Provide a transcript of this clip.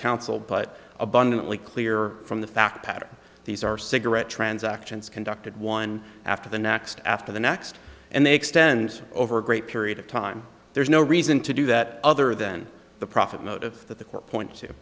counsel but abundantly clear from the fact pattern these are cigarette transactions conducted one after the next after the next and they extend over a great period of time there's no reason to do that other than the profit motive that the court point to